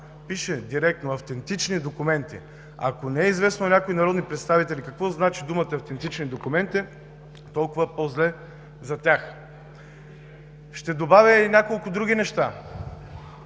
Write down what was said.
Пише директно: „автентични документи“. Ако не е известно на някои народни представители какво значат думите „автентични документи“, толкова по-зле за тях. Ще добавя и няколко други неща.